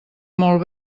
molt